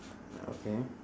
okay